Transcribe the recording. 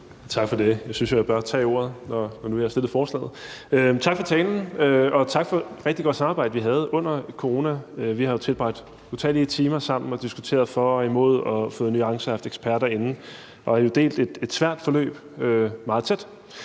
Tak for det. Jeg synes jo, at jeg bør tage ordet, når nu jeg har fremsat forslaget. Tak for talen, og tak for det rigtig gode samarbejde, vi havde under corona. Vi har jo tilbragt utallige timer sammen og diskuteret for og imod og fået nuancer og har haft eksperter inde. Vi har delt et svært forløb meget tæt,